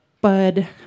Bud